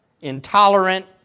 intolerant